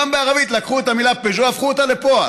גם בערבית, לקחו את המילה פיג'ו והפכו אותה לפועל.